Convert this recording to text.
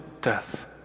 death